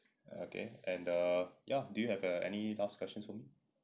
okay and err do you have any last questions for me